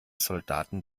soldaten